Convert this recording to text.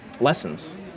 lessons